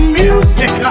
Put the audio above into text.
music